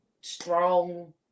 strong